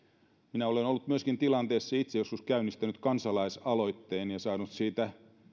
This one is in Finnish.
minä olen ollut myöskin itse tässä tilanteessa joskus käynnistänyt kansalaisaloitteen ja saanut siitä